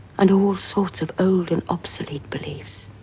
and all sorts of old and obsolete beliefs.